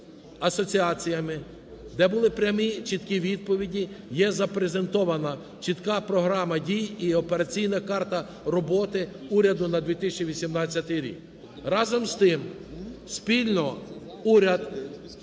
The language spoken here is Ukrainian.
де були прямі, чіткі відповіді, єзапрезентована чітка програма дій і операційна карта роботи уряду на 2018 рік. Разом з тим спільно уряд,